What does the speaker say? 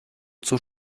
zur